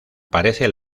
parece